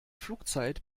flugzeit